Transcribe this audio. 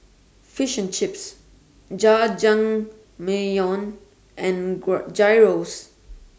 Fish and Chips Jajangmyeon and Gyros